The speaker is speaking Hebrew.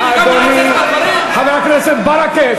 חבר הכנסת ברכה,